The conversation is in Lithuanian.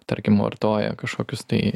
tarkim vartoja kažkokius tai